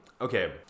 okay